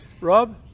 Rob